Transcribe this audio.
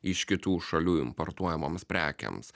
iš kitų šalių importuojamoms prekėms